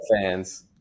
fans